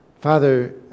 Father